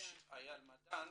אייל מדן,